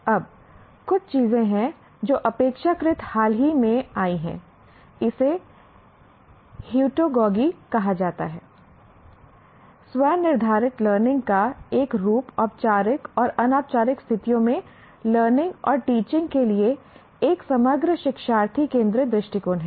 अब कुछ चीजें हैं जो अपेक्षाकृत हाल ही में आई हैं इसे हीटोगॉजी कहा जाता है स्व निर्धारित लर्निंग का एक रूप औपचारिक और अनौपचारिक स्थितियों में लर्निंग और टीचिंग के लिए एक समग्र शिक्षार्थी केंद्रित दृष्टिकोण है